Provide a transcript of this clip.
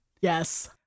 Yes